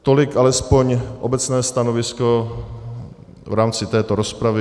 Tolik alespoň obecné stanovisko v rámci této rozpravy.